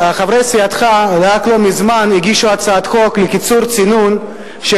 חברי סיעתך רק לא מזמן הגישו הצעת חוק לקיצור צינון של